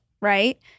Right